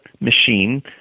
machine